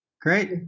Great